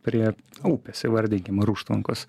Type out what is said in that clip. prie upės įvardinkim ar užtvankos